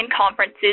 conferences